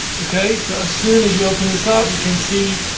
okay so as soon as you open this up you can see